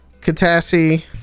Katassi